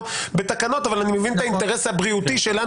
בתקנות אבל אני מבין את האינטרס הבריאותי שלנו,